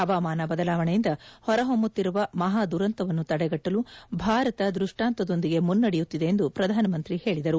ಹವಾಮಾನ ಬದಲಾವಣೆಯಿಂದ ಹೊರಹೊಮ್ಮುತ್ತಿರುವ ಮಹಾದುರಂತವನ್ನು ತಡೆಗಟ್ಟಲು ಭಾರತ ದೃಷ್ಟಾಂತದೊಂದಿಗೆ ಮುನ್ನಡೆಯುತ್ತಿದೆ ಎಂದು ಪ್ರಧಾನಮಂತ್ರಿ ಹೇಳಿದರು